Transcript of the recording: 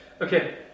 Okay